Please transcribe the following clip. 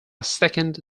second